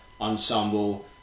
ensemble